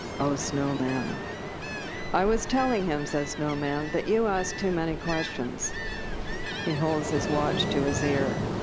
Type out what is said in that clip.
oh, snowman i was telling him says snowman, that you ask too many questions he holds his watch to his ear.